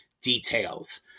details